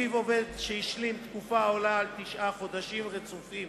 ולפיו עובד שהשלים תקופה העולה על תשעה חודשים רצופים